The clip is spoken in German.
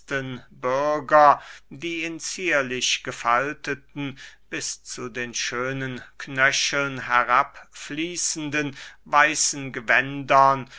die in zierlich gefalteten bis zu den schönen knöcheln herabfließenden weißen gewändern